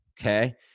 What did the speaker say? Okay